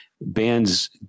bands